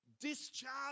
discharge